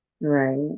Right